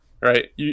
right